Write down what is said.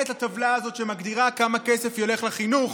אין את הטבלה הזאת שמגדירה כמה כסף ילך לחינוך,